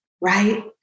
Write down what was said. Right